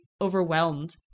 overwhelmed